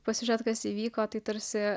pasižiūrėti kas įvyko tai tarsi